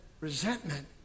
resentment